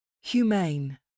Humane